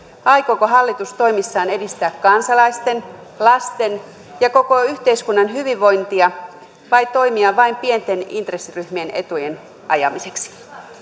aikooko hallitus toimissaan edistää kansalaisten lasten ja koko yhteiskunnan hyvinvointia vai toimia vain pienten intressiryhmien etujen ajamiseksi